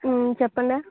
చెప్పండి